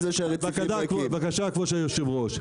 בבקשה, אדוני היושב-ראש.